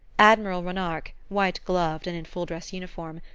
admiral ronarc'h, white-gloved and in full-dress uniform,